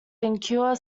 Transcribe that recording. incur